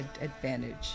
advantage